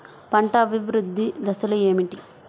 పంట అభివృద్ధి దశలు ఏమిటి?